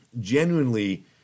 genuinely